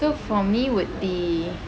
so for me would be